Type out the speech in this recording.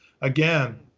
again